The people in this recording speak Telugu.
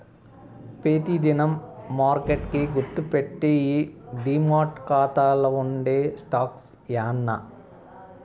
పెతి దినం మార్కెట్ కి గుర్తుపెట్టేయ్యి డీమార్ట్ కాతాల్ల ఉండే స్టాక్సే యాన్నా